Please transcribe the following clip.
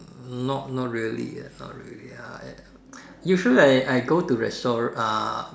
not not really not really I usually I I go to restaurant uh